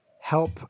help